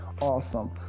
awesome